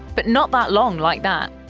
but not that long like that.